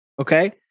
Okay